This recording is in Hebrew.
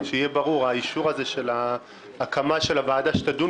ברור שהאישור של ההקמה של הוועדה שתדון